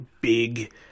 big